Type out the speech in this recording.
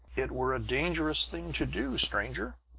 it were a dangerous thing to do, stranger!